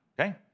okay